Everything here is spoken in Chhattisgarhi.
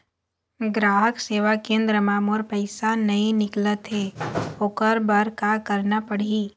ग्राहक सेवा केंद्र म मोर पैसा नई निकलत हे, ओकर बर का करना पढ़हि?